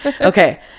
Okay